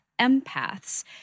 empaths